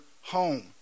home